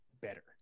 better